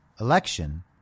election